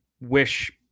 Wish